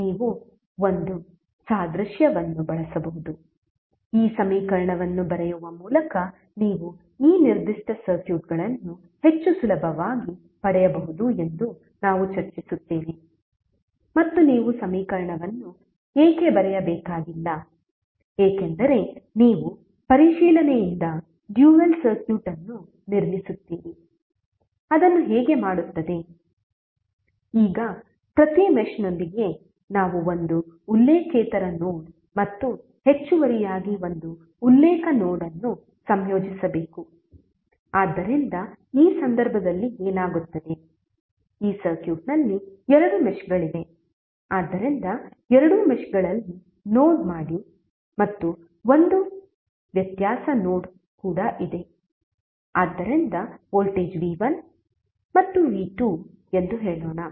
ನೀವು ಒಂದು ಸಾದೃಶ್ಯವನ್ನು ಬಳಸಬಹುದು ಈ ಸಮೀಕರಣವನ್ನು ಬರೆಯುವ ಮೂಲಕ ನೀವು ಈ ನಿರ್ದಿಷ್ಟ ಸರ್ಕ್ಯೂಟ್ಗಳನ್ನು ಹೆಚ್ಚು ಸುಲಭವಾಗಿ ಪಡೆಯಬಹುದು ಎಂದು ನಾವು ಚರ್ಚಿಸುತ್ತೇವೆ ಮತ್ತು ನೀವು ಸಮೀಕರಣವನ್ನು ಏಕೆ ಬರೆಯಬೇಕಾಗಿಲ್ಲ ಏಕೆಂದರೆ ನೀವು ಪರಿಶೀಲನೆಯಿಂದ ಡ್ಯುಯಲ್ ಸರ್ಕ್ಯೂಟ್ ಅನ್ನು ನಿರ್ಮಿಸುತ್ತೀರಿ ಅದನ್ನು ಹೇಗೆ ಮಾಡುತ್ತದೆ ಈಗ ಪ್ರತಿ ಮೆಶ್ ನೊಂದಿಗೆ ನಾವು ಒಂದು ಉಲ್ಲೇಖೇತರ ನೋಡ್ ಮತ್ತು ಹೆಚ್ಚುವರಿಯಾಗಿ ಒಂದು ಉಲ್ಲೇಖ ನೋಡ್ ಅನ್ನು ಸಂಯೋಜಿಸಬೇಕು ಆದ್ದರಿಂದ ಈ ಸಂದರ್ಭದಲ್ಲಿ ಏನಾಗುತ್ತದೆ ಈ ಸರ್ಕ್ಯೂಟ್ನಲ್ಲಿ ಎರಡು ಮೆಶ್ಗಳಿವೆ ಆದ್ದರಿಂದ ಎರಡೂ ಮೆಶ್ಗಳಲ್ಲಿ ನೋಡ್ ಮಾಡಿ ಮತ್ತು ಒಂದು ವ್ಯತ್ಯಾಸ ನೋಡ್ ಕೂಡ ಇದೆ ಆದ್ದರಿಂದ ವೋಲ್ಟೇಜ್ v1 ಮತ್ತು v2 ಎಂದು ಹೇಳೋಣ